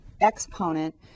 exponent